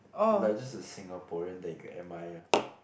like just a Singaporean that you could admire